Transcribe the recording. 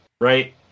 right